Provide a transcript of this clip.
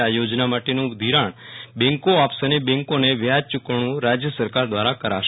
આ યોજના માટેનું ધિરાણ બેન્કો આપશે અને બેન્કોને વ્યાજ યુકવણું રાજય સરકાર દ્રારા કરાશે